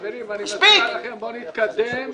חברים, אני מציע לכם, בואו נתקדם,